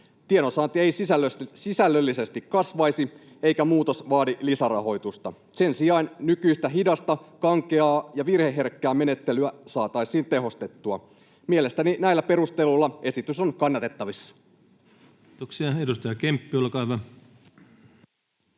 Tiedonsaanti ei sisällöllisesti kasvaisi, eikä muutos vaadi lisärahoitusta. Sen sijaan nykyistä hidasta, kankeaa ja virheherkkää menettelyä saataisiin tehostettua. Mielestäni näillä perusteluilla esitys on kannatettavissa. Kiitoksia. — Edustaja Kemppi, olkaa hyvä.